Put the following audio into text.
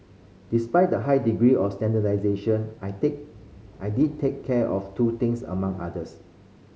despite the high degree of standardisation I take I did take care of two things among others